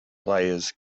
players